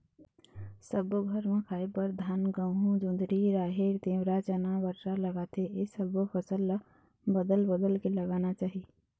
सब्बो घर म खाए बर धान, गहूँ, जोंधरी, राहेर, तिंवरा, चना, बटरा लागथे ए सब्बो फसल ल बदल बदल के लगाना चाही